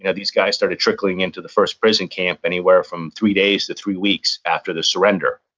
yeah these guys started trickling into the first prison camp anywhere from three days to three weeks after the surrender.